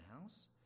house